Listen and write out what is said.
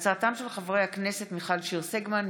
בהצעתם של חברי הכנסת מיכל שיר סגמן,